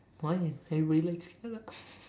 why you everybody like to